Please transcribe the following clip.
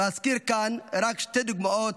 ואזכיר כאן רק שתי דוגמאות,